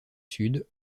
sud